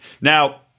Now